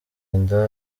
inda